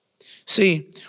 See